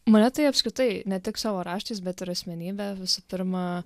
mane tai apskritai ne tik savo raštais bet ir asmenybe visų pirma